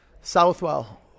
Southwell